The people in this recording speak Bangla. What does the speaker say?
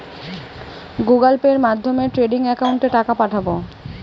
গুগোল পের মাধ্যমে ট্রেডিং একাউন্টে টাকা পাঠাবো?